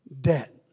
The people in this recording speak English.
debt